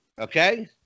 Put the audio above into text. Okay